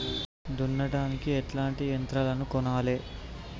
దున్నడానికి ఎట్లాంటి యంత్రాలను కొనాలే?